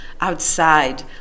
outside